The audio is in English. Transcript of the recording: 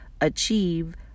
achieve